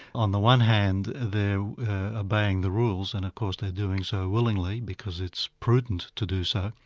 on the one hand, they're obeying the rules and of course they're doing so willingly because it's prudent to do so,